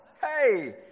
Hey